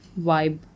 vibe